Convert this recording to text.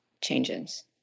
changes